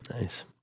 Nice